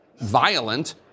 violent